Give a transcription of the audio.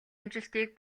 амжилтыг